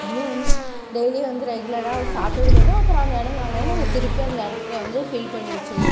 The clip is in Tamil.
அதுவும் வந்து டெய்லி வந்து ரெகுலராக அது சாப்பிட்டுட்டு போயிவிடும் அப்புறம் அந்த இடோம் காலியான திருப்பி அந்த இடத்துல வந்து ஃபில் பண்ணி வச்சிருவோம்